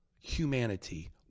humanity